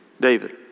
David